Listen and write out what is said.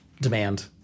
demand